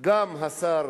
גם השר,